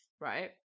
right